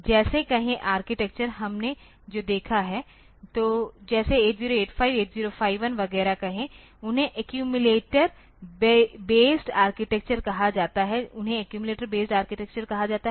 जैसे कहे आर्किटेक्चर हमने जो देखा है तो जैसे 8085 8051 वगैरह कहे उन्हें एक्यूमिलेटर बेस्ड आर्किटेक्चर कहा जाता है उन्हें एक्यूमिलेटर बेस्ड आर्किटेक्चर कहा जाता है